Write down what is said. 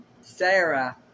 Sarah